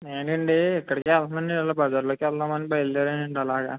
నేను అండి కళ్యాణమని ఇలా బజార్లోకి వెళదామని బయలిదేరాను అండి అలాగా